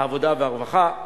העבודה והרווחה,